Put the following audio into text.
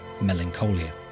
Melancholia